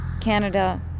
Canada